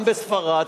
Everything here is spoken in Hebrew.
גם בספרד,